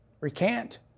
recant